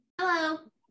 hello